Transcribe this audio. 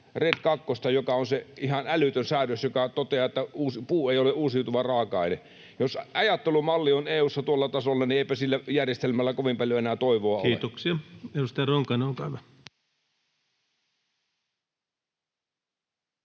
joka on se ihan älytön säädös, joka toteaa, että puu ei ole uusiutuva raaka-aine. Jos ajattelumalli on EU:ssa tuolla tasolla, niin eipä sillä järjestelmällä kovin paljon enää toivoa ole. [Speech 101] Speaker: Ensimmäinen